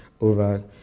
over